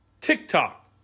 TikTok